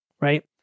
right